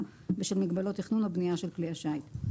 בשל מגבלות תכנון או בנייה של כלי השיט.